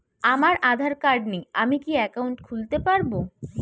আমার আধার কার্ড নেই আমি কি একাউন্ট খুলতে পারব?